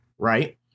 Right